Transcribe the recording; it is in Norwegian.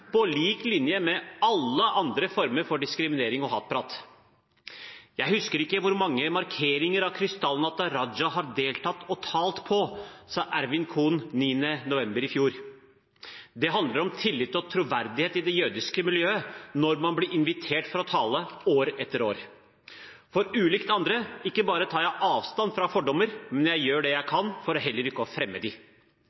på lik linje med alle andre former for diskriminering og hatprat. Jeg husker ikke hvor mange markeringer av krystallnatten Raja har deltatt og talt på, sa Ervin Kohn 9. november i fjor. Det handler om tillit og troverdighet i det jødiske miljøet når man blir invitert for å tale år etter år. Ulikt andre tar jeg ikke bare avstand fra fordommer, men jeg gjør det jeg